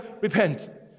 repent